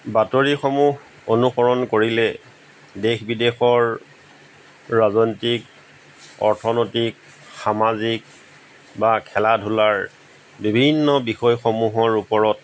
বাতৰিসমূহ অনুসৰণ কৰিলে দেশ বিদেশৰ ৰাজনৈতিক অৰ্থনৈতিক সামাজিক বা খেলা ধূলাৰ বিভিন্ন বিষয়সমূহৰ ওপৰত